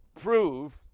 prove